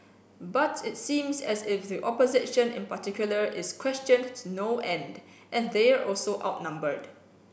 but it seems as if the opposition in particular is questioned to no end and they're also outnumbered